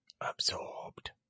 Absorbed